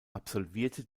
absolvierte